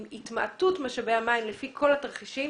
עם התמעטות משאבי המים לפי כל התרחישים